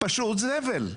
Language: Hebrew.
פשוט זבל.